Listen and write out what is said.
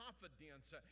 confidence